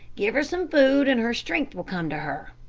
give her some food and her strength will come to her.